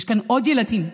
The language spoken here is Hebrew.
יש כאן עוד ילדים,